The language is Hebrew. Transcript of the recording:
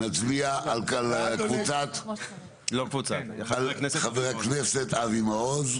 נצביע על קבוצת --- לא קבוצת חבר הכנסת אבי מעוז.